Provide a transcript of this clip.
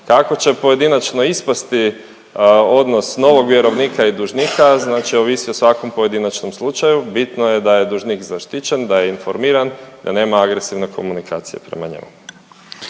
Kako će pojedinačno ispasti odnos novog vjerovnika i dužnika znači ovisi o svakom pojedinačnom slučaju. Bitno je da je dužnik zaštićen, da je informiran, da nema agresivne komunikacije prema njemu.